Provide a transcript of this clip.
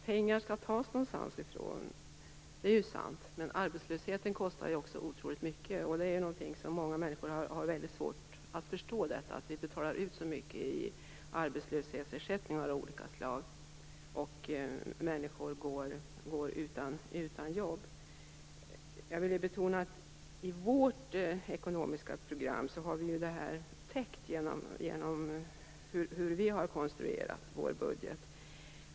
Pengar skall tas någonstans ifrån, det är sant, men arbetslösheten kostar ju också otroligt mycket, och många människor har väldigt svårt att förstå att vi betalar ut så mycket i arbetslöshetsersättningar av olika slag, och människor går utan jobb. Jag vill betona att vi har detta täckt i vårt ekonomiska program genom hur vi har konstruerat vår budget.